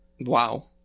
Wow